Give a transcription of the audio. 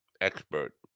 expert